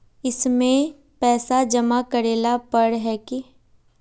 इसमें पैसा जमा करेला पर है की?